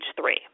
three